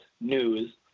news